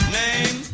name